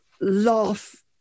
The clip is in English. laugh